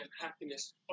happiness